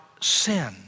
sin